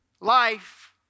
life